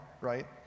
right